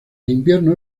invierno